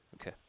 Okay